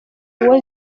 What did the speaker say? uwo